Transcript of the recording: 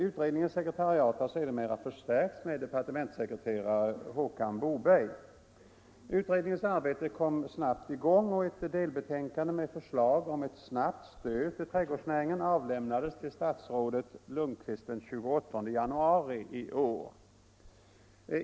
Utredningens sekretariat har sedermera förstärkts med departementssekreterare Håkan Boberg. Utredningens arbete kom fort i gång och ett delbetänkande med förslag om ett snabbt stöd till trädgårdsnäringen avlämnades till statsrådet Lundkvist den 28 januari i år.